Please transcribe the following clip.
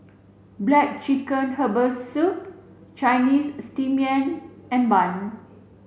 black chicken herbal soup Chinese steamed yam and bun